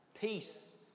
peace